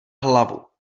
hlavu